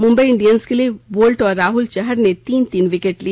Mumbai Indians के लिए Boult और राहुल चहर ने तीन तीन विकेट लिए